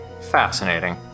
Fascinating